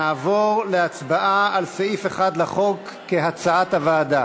נעבור להצבעה על סעיף 1 לחוק כהצעת הוועדה.